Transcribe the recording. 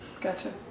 gotcha